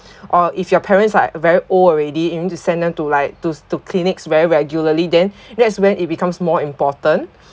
or if your parents are very old already you need to send them to like to to clinics very regularly then that's when it becomes more important